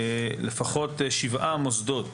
הביקורת ציינה לפחות שבעה מוסדות